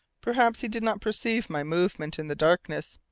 perhaps he did not perceive my movement in the darkness,